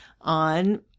on